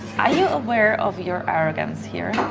are you aware of your arrogance here?